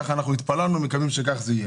ככה אנחנו התפללנו, מקווים שכך זה יהיה.